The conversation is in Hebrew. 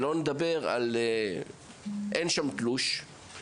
שלא נדבר על זה שאין שם תלוש.